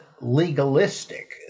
legalistic